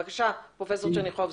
בבקשה פרופ' צ'רניחובסקי.